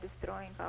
destroying